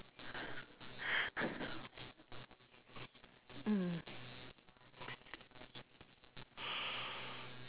hmm